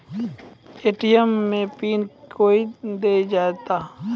ATM मे PIN कयो दिया जाता हैं?